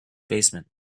basement